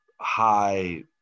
high